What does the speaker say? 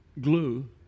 glue